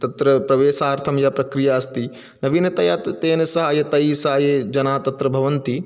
तत्र प्रवेषार्थं या प्रक्रिया अस्ति नवीनतया त् तेन स या तैः स ये जना तत्र भवन्ति